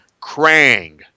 Krang